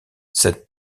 cette